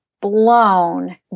blown